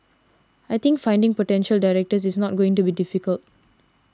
I think finding potential directors is not going to be difficult